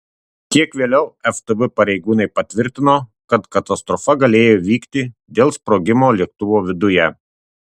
kiek vėliau ftb pareigūnai patvirtino kad katastrofa galėjo įvykti dėl sprogimo lėktuvo viduje